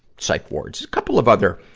psych wards. couple of other,